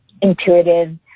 intuitive